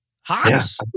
Hops